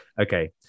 Okay